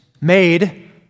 made